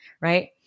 right